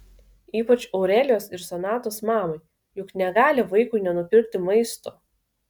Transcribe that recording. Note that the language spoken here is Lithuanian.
ypač aurelijos ir sonatos mamai juk negali vaikui nenupirkti maisto